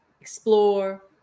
Explore